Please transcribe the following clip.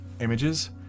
images